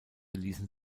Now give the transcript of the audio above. ließen